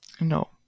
No